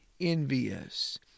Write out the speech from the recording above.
envious